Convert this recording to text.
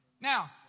Now